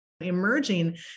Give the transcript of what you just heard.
emerging